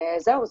זהו,